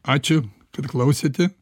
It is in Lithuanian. ačiū kad klausėte